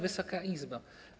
Wysoka Izbo!